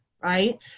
right